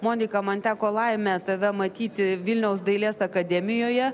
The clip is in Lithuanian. monika man teko laimė tave matyti vilniaus dailės akademijoje